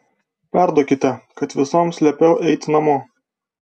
perduokite kad visoms liepiau eiti namo